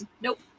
Nope